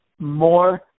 more